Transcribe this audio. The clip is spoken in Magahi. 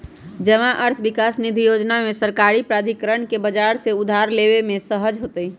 जमा अर्थ विकास निधि जोजना में सरकारी प्राधिकरण के बजार से उधार लेबे में सहज होतइ